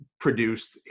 produced